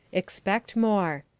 expect more.